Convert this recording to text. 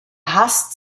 hasst